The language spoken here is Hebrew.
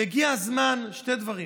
הגיע הזמן לשני דברים: